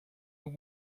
nous